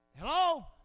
Hello